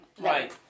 Right